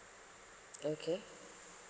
okay